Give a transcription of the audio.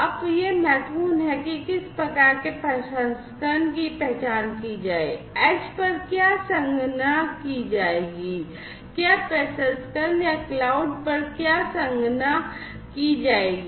अब यह महत्वपूर्ण है कि किस प्रकार के प्रसंस्करण की पहचान की जाए edge पर क्या संगणना की जाएगी क्या प्रसंस्करण या क्लाउड पर क्या संगणना की जाएगी